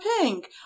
pink